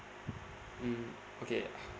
mm okay